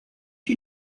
you